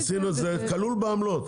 זה כלול בעמלות?